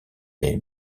est